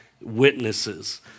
witnesses